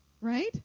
right